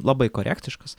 labai korektiškas